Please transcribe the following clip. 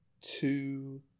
two